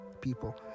people